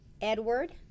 Edward